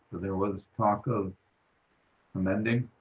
there was talk of amending.